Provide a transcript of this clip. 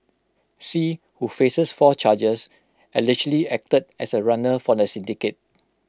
see who faces four charges allegedly acted as A runner for the syndicate